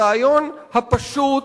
הרעיון הפשוט,